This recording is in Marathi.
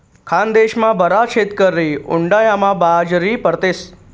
खानदेशमा बराच शेतकरी उंडायामा बाजरी पेरतस